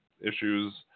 issues